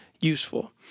useful